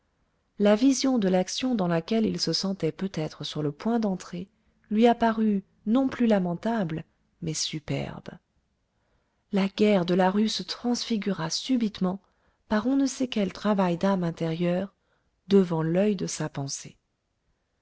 la vision de l'action dans laquelle il se sentait peut-être sur le point d'entrer lui apparut non plus lamentable mais superbe la guerre de la rue se transfigura subitement par on ne sait quel travail d'âme intérieur devant l'oeil de sa pensée